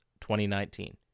2019